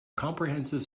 comprehensive